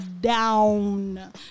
down